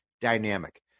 dynamic